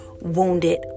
wounded